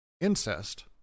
Incest